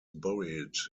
buried